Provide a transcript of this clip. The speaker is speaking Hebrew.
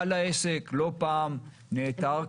בעל העסק לא פעם נעתר,